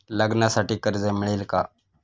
लग्नासाठी कर्ज मिळेल का?